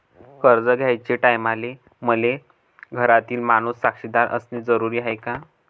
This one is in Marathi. कर्ज घ्याचे टायमाले मले घरातील माणूस साक्षीदार असणे जरुरी हाय का?